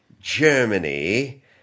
Germany